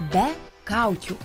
be kaukių